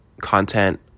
content